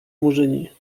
murzyni